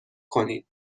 کنین